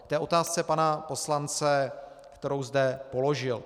K otázce pana poslance, kterou zde položil.